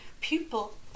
pupil